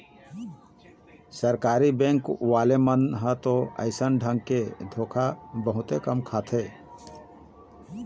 सरकारी बेंक वाले मन ह तो अइसन ढंग के धोखा बहुते कम खाथे